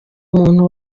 muntu